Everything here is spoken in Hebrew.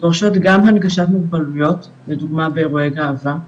דורשות גם הנגשת מוגבלויות, לדוגמה באירועי גאווה,